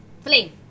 flame